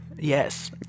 Yes